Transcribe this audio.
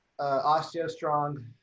OsteoStrong